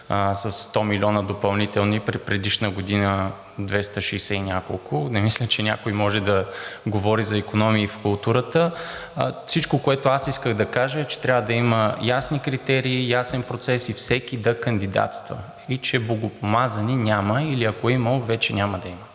със 100 милиона допълнителни при предишна година 260 и няколко. Не мисля, че някой може да говори за икономии в културата. Всичко, което исках да кажа, е, че трябва да има ясни критерии, ясен процес и всеки да кандидатства и че богопомазани няма или ако е имало, вече няма да има.